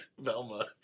Velma